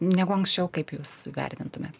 negu anksčiau kaip jūs vertintumėt